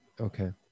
Okay